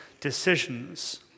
decisions